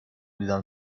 دیدم